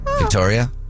Victoria